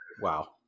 Wow